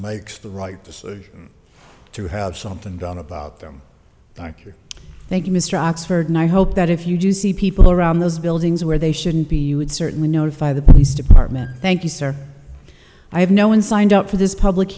makes the right decision to have something done about them thank you thank you mr oxford and i hope that if you do see people around those buildings where they shouldn't be you would certainly notify the police department thank you sir i have no one signed up for this public